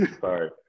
sorry